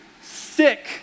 sick